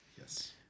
Yes